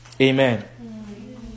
Amen